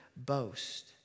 Boast